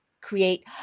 create